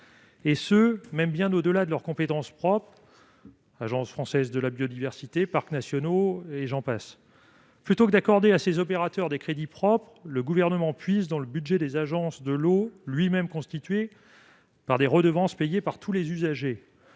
bien au-delà de leurs compétences propres : Agence française pour la biodiversité (AFB), parcs nationaux et j'en passe. Plutôt que d'accorder à ces opérateurs des crédits propres, le Gouvernement puise dans le budget des agences de l'eau, lui-même constitué de redevances payées par tous les usagers.